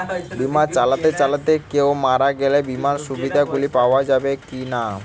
বিমা চালাতে চালাতে কেও মারা গেলে বিমার সুবিধা গুলি পাওয়া যাবে কি না?